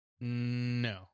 no